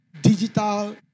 digital